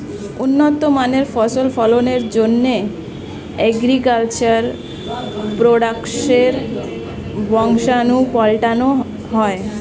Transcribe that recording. উন্নত মানের ফসল ফলনের জন্যে অ্যাগ্রিকালচার প্রোডাক্টসের বংশাণু পাল্টানো হয়